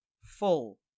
Full